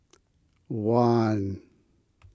one